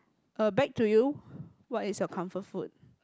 uh back to you what is your comfort food